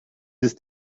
ist